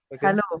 hello